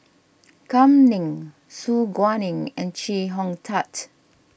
Kam Ning Su Guaning and Chee Hong Tat